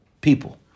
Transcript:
people